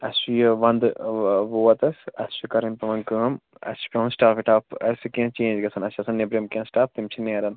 اسہِ چھُ یہِ ونٛدٕ ٲں ووت اسہِ اسہِ چھِ کَرٕنۍ کٲم اسہِ چھِ پیٚوان سِٹاف وِٹاف اسہِ کیٚنٛہہ چینٛج گَژھان اسہِ چھُ آسان نیٚبرِم کیٚنٛہہ سِٹاف تِم چھِ نیران